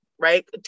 right